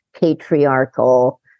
patriarchal